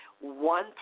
one